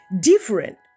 different